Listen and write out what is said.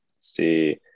See